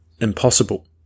impossible